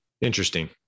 Interesting